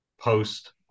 post